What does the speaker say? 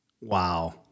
Wow